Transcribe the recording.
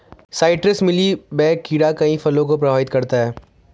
citrus mealybug कीड़ा कई फल को प्रभावित करता है